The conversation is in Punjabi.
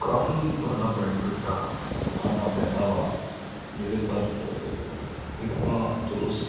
ਕਾਫੀ ਸਾਡਾ ਬੈਨੀਫਿਟ ਆ ਸਾਡਾ ਫਾਇਦਾ ਵਾ ਜਿਹੜੇ ਪਰ ਇੱਕ ਤਾਂ ਚਲੋ